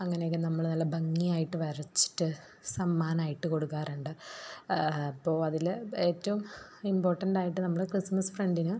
അങ്ങനെയൊക്കെ നമ്മൾ നല്ല ഭംഗിയായിട്ട് വരച്ചിട്ട് സമ്മാനമായിട്ട് കൊടുക്കാറുണ്ട് അപ്പോൾ അതിൽ ഏറ്റവും ഇമ്പോർട്ടൻറ്റായിട്ട് നമ്മൾ ക്രിസ്മസ് ഫ്രണ്ടിന്